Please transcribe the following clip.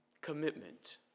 Commitment